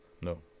No